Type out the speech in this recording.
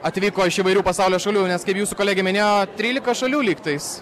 atvyko iš įvairių pasaulio šalių nes kaip jūsų kolegė minėjo trylika šalių lygtais